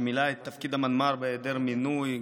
שמילא את תפקיד המנמ"ר בהיעדר מינוי,